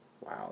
Wow